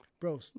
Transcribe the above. bro